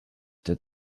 that